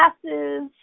classes